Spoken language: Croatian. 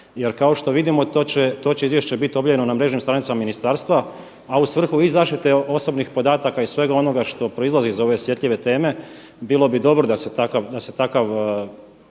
kako što vidimo to će izvješće biti objavljeno na mrežnim stranicama ministarstva a u svrhu i zaštite osobnih podataka i svega onoga što proizlaze iz ove osjetljive teme. Bilo bi dobro da se takav,